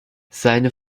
seine